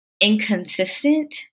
inconsistent